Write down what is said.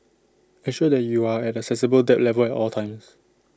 ensure that you are at A sensible debt level at all times